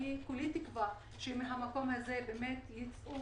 אני כולי תקווה מהמקום הזה באמת יצאו